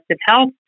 health